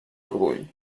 orgull